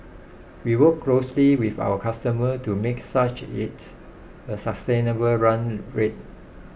we work closely with our customer to make such it's a sustainable run rate